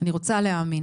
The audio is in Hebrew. אני רוצה להאמין